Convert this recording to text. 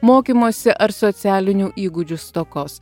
mokymosi ar socialinių įgūdžių stokos